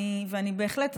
ואני בהחלט,